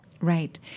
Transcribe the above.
Right